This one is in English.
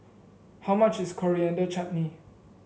how much is Coriander Chutney